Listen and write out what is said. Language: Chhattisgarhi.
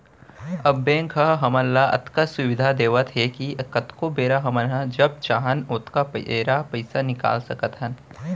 अब बेंक ह हमन ल अतका सुबिधा देवत हे कि कतको बेरा हमन जब चाहन ओतका बेरा पइसा निकाल सकत हन